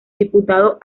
diputado